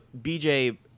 BJ